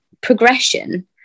progression